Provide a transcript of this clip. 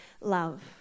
love